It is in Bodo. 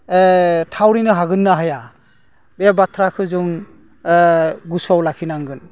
थावरिनो हागोन्ना हाया बे बाथ्राखौ जों गोसोआव लाखिनांगोन